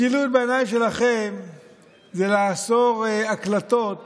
משילות בעיניים שלכם זה לאסור הקלטות